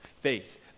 faith